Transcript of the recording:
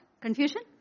Confusion